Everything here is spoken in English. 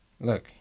Look